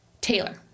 Taylor